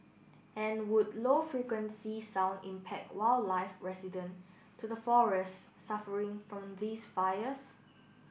and would low frequency sound impact wildlife resident to the forests suffering from these fires